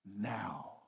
now